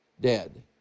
dead